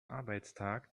arbeitstag